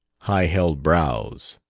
high-held brows.